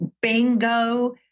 Bingo